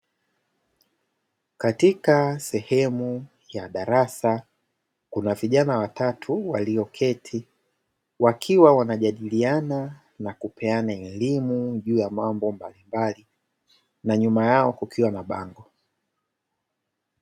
Katika sehemu ya darasa kuna vijana watatu walioketi wakiwa wanajadiliana na kupeana elimu juu ya mambo mbalimbali ,na nyuma yao kukiwa na bango.